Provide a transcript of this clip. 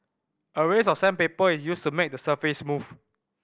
a range of sandpaper is used to make the surface smooth